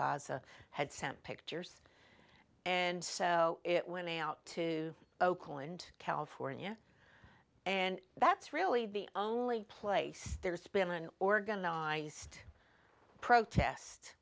gaza had sent pictures and so it went out to oakland california and that's really the only place there's been an organized protest